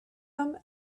them